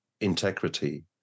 integrity